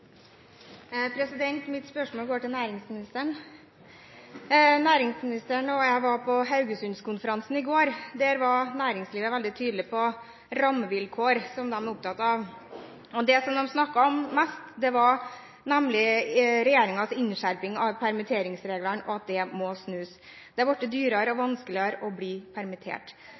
Mitt spørsmål går til næringsministeren. Næringsministeren og jeg var på Haugesundkonferansen i går. Der var næringslivet veldig tydelig på rammevilkår, som de er opptatt av, og det de snakket mest om, var regjeringens innskjerping av permitteringsreglene og at dette må snus. Det har blitt dyrere og vanskeligere å bli permittert.